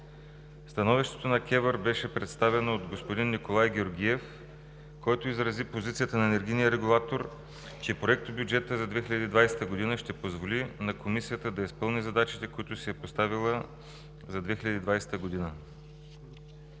водно регулиране беше представено от господин Николай Георгиев, който изрази позицията на енергийния регулатор, че проектобюджетът за 2020 г. ще позволи на Комисията да изпълни задачите, които си е поставила за 2020 г.